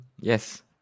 Yes